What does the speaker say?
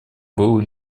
был